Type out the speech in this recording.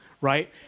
right